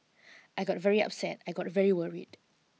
I got very upset I got very worried